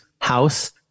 house